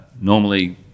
Normally